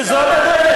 שזאת הדרך?